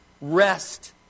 rest